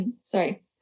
sorry